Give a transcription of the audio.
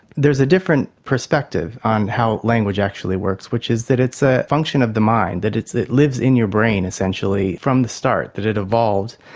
there's a different perspective on how language actually works, which is that it's a function of the mind, that it lives in your brain essentially from the start, that it evolved,